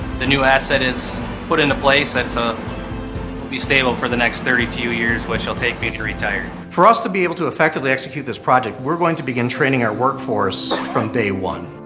the new asset is put into place, that's ah be stable for the next thirty two years, which it'll take me to retire. for us to be able to effectively execute this project, we're going to begin training our workforce from day one.